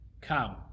come